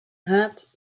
haat